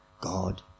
God